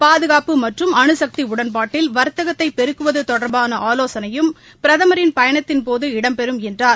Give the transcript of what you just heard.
பாதுகாப்பு மற்றும் அனுசக்தி உடன்பாட்டில் வர்த்தகத்தை பெருக்குவது தொடர்பான ஆலோசனையும் பிரதமரின் பயணத்தின் போது இடம்பெறும் என்றார்